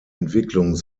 entwicklung